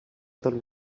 than